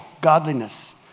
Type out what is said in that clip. godliness